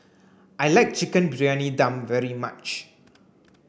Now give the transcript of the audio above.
I like Chicken Briyani Dum very much